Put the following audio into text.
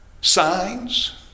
Signs